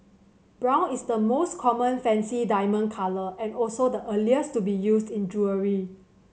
brown is the most common fancy diamond colour and also the earliest to be used in jewellery